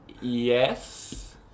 Yes